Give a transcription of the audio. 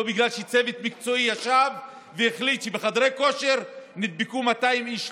לא בגלל שצוות מקצועי ישב והחליט שבחדרי כושר נדבקו 200 איש,